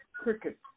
cricket